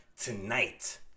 tonight